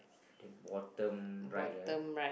okay bottom right right